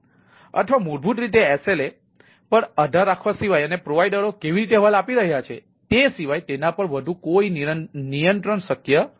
અથવા મૂળભૂત રીતે SLA પર આધાર રાખવા સિવાય અને પ્રોવાઇડરઓ કેવી રીતે અહેવાલ આપી રહ્યા છે તે સિવાય તેના પર વધુ નિયંત્રણ શક્ય નથી